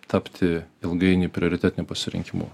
tapti ilgainiui prioritetiniu pasirinkimu